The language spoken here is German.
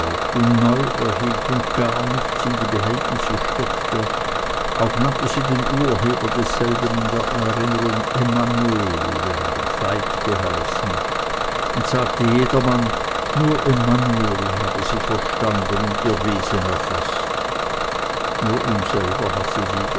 und gar nichts in die behältnisse steckte auch nannte sie den urheber desselben in der erinnerung emanuel während er veit geheißen und sagte jedermann nur emanuel habe sie verstanden und ihr wesen erfaßt nur ihm selber hatte sie